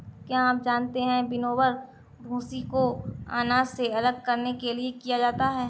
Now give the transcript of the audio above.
क्या आप जानते है विनोवर, भूंसी को अनाज से अलग करने के लिए किया जाता है?